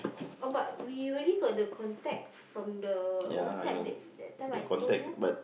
oh but we already got the contact from the WhatsApp last time I told you